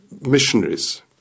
missionaries